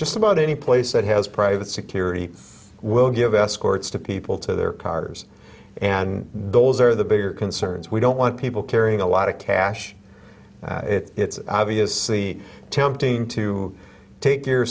just about any place that has private security will give escorts to people to their cars and those are the bigger concerns we don't want people carrying a lot of cash it's obviously tempting to take